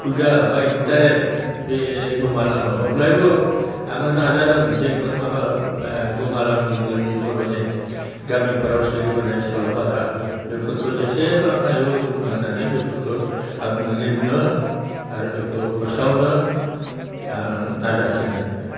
हुदा बा इन्थारेस्ट बे गोमालाङो अब्लाबो आङो नाजादों जेफोर माबा गोमा लांदों जोंनि बर'नि गामिफोराव सोलिबोनाय सल'बाथा बेफोरखौ जेसेबां हायो बुरखांनानै बेफोरखौ आङो लिरनो आरो बेखौ फोसावनो नाजासिनो दङ